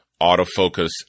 autofocus